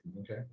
Okay